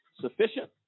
sufficient